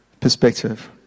perspective